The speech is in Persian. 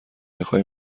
بخای